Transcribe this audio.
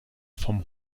vom